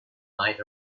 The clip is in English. might